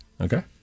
Okay